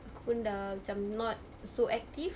sku pun dah macam not so active